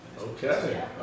Okay